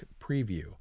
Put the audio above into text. preview